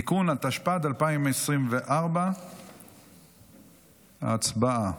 (תיקון), התשפ"ד 2024. ההצבעה.